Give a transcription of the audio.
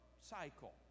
cycle